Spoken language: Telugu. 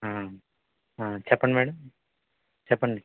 చెప్పండి మ్యాడం చెప్పండి